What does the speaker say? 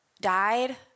died